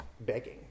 begging